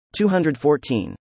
214